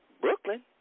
Brooklyn